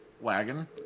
Wagon